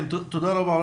תודה רבה.